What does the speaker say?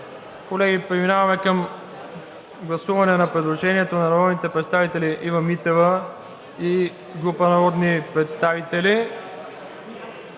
Колеги, преминаваме към гласуване на предложението на народните представители Ива Митева и група народни представители